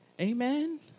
Amen